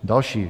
Další: